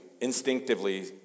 instinctively